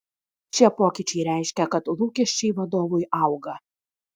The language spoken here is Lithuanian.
šie pokyčiai reiškia kad lūkesčiai vadovui auga